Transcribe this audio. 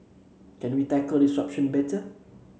can we tackle disruption better